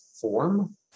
form